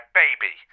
baby